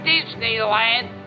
Disneyland